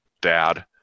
Dad